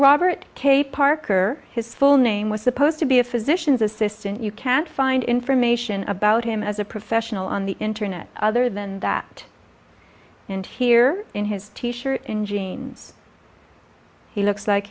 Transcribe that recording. robert cape parker his full name was supposed to be a physician's assistant you can find information about him as a professional on the internet other than that in here in his t shirt in jeans he looks like